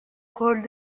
rôles